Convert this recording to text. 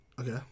Okay